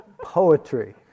poetry